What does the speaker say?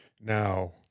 Now